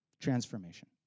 transformation